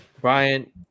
Brian